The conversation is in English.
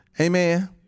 Amen